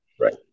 Right